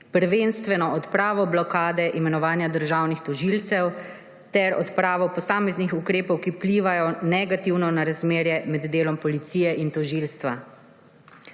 prvenstveno odpravo blokade imenovanja državnih tožilcev ter odpravo posameznih ukrepov, ki vplivajo negativno na razmerje med delom policije in tožilstva.